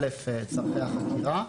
ראשית, פרטי החקירה.